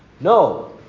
No